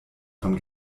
von